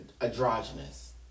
androgynous